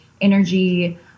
energy